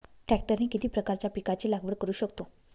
ट्रॅक्टरने किती प्रकारच्या पिकाची लागवड करु शकतो?